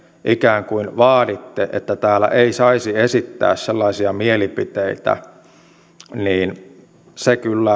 ikään kuin vaaditte että täällä ei saisi esittää sellaisia mielipiteitä ei kyllä